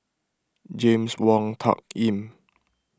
James Wong Tuck Yim